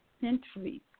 centuries